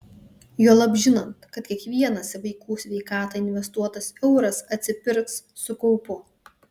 juolab žinant kad kiekvienas į vaikų sveikatą investuotas euras atsipirks su kaupu